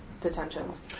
detentions